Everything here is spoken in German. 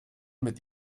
mit